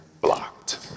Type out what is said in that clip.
Blocked